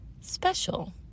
special